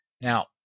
now